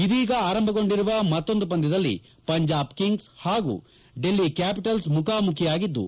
ಇದೀಗ ಆರಂಭಗೊಂಡಿರುವ ಮೊತ್ತೊಂದು ಪಂದ್ಲದಲ್ಲಿ ಪಂಜಾಬ್ ಕಿಂಗ್ಲ್ ಹಾಗೂ ಡೆಲ್ಲಿ ಕ್ಯಾಪಿಟಲ್ಲ್ ಮುಖಾಮುಖಿಯಾಗಿದ್ದು